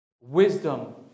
Wisdom